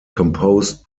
composed